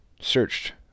searched